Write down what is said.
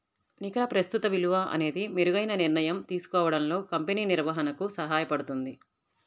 నికర ప్రస్తుత విలువ అనేది మెరుగైన నిర్ణయం తీసుకోవడంలో కంపెనీ నిర్వహణకు సహాయపడుతుంది